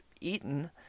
eaten